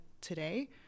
today